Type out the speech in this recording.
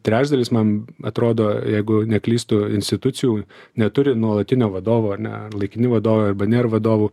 trečdalis man atrodo jeigu neklystu institucijų neturi nuolatinio vadovo ar ne laikini vadovai arba ne ir vadovų